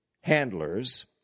handlers